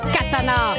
Katana